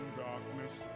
darkness